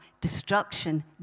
destruction